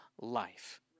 life